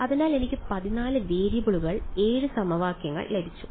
അതിനാൽ എനിക്ക് 14 വേരിയബിളുകൾ 7 സമവാക്യങ്ങൾ ലഭിച്ചു